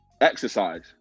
exercise